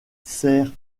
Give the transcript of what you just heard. sert